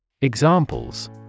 Examples